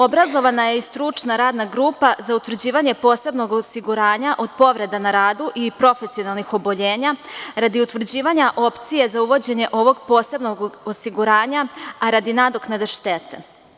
Obrazovana je i stručna radna grupa za utvrđivanje posebnog osiguranja od povreda na radu i profesionalnih oboljenja radi utvrđivanja opcija za uvođenje ovog posebnog osiguranja, a radi nadoknade štete.